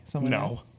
No